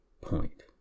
point